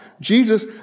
Jesus